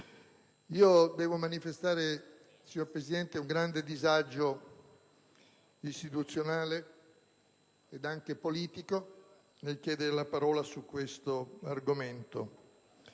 Devo manifestare, signor Presidente, un grande disagio istituzionale ed anche politico nel chiedere la parola su questo argomento